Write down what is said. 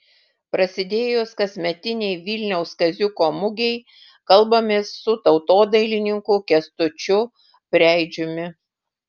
prasidėjus kasmetinei vilniaus kaziuko mugei kalbamės su tautodailininku kęstučiu preidžiumi